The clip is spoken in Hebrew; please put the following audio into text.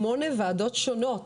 שמונה וועדת שונות